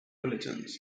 bulletins